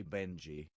Benji